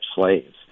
slaves